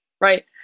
right